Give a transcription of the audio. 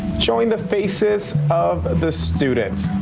showing the faces of the students.